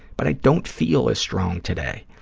but i don't feel as strong today,